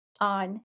on